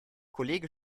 kollege